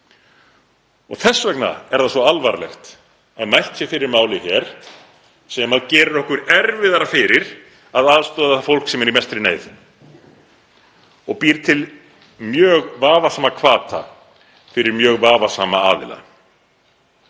Þess vegna er það svo alvarlegt að mælt sé fyrir máli hér sem gerir okkur erfiðara fyrir að aðstoða fólk sem er í mestri neyð og býr til mjög vafasama hvata fyrir mjög vafasama aðila.